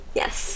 yes